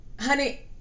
honey